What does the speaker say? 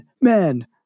men